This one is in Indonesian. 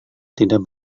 tidak